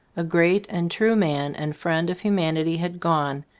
a great and true man and friend of humanity had gone,